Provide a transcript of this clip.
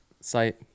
site